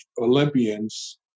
Olympians